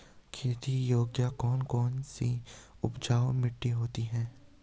खेती योग्य कौन कौन सी उपजाऊ मिट्टी होती है?